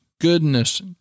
goodness